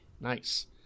nice